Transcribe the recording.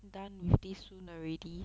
done with this soon already